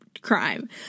crime